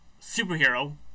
superhero